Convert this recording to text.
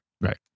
Right